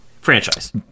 Franchise